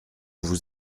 vous